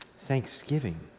thanksgiving